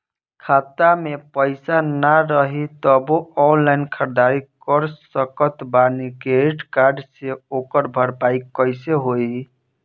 खाता में पैसा ना रही तबों ऑनलाइन ख़रीदारी कर सकत बानी क्रेडिट कार्ड से ओकर भरपाई कइसे होई?